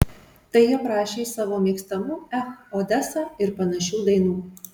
tai jie prašė savo mėgstamų ech odesa ir panašių dainų